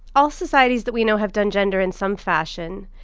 all societies that we know have done gender in some fashion,